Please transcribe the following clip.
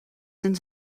sind